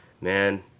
man